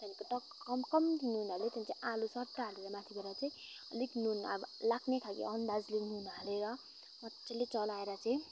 त्यहाँदेखिको टक्क कम्ती नुन हाल्यो त्यहाँदेखि चाहिँ आलु सट्ट हालेर माथिबाट चाहिँ अलिक नुन अब लाग्ने खाल्को अन्दाजले नुन हालेर मज्जाले चलाएर चाहिँ